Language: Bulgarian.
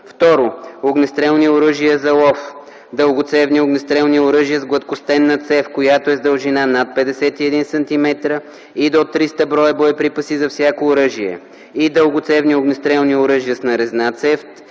2. огнестрелни оръжия за лов – дългоцевни огнестрелни оръжия с гладкостенна цев, която е с дължина над 51 сантиметра, и до 300 броя боеприпаси за всяко оръжие, и дългоцевни огнестрелни оръжия с нарезна цев